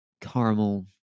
caramel